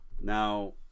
now